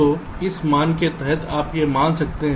तो इस अनुमान के तहत आप यह मान सकते हैं